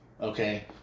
Okay